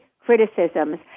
criticisms